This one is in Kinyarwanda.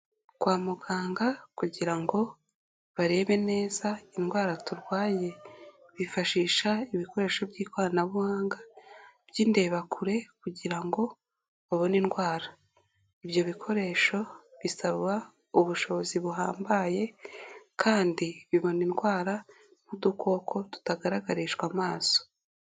Kwa muganga kugira ngo barebe neza indwara turwaye bifashisha ibikoresho by'ikoranabuhanga by'indebakure kugira ngo babone indwara, ibyo bikoresho bisaba ubushobozi buhambaye kandi bibona indwara n'udukoko tutagaragarishwa amaso.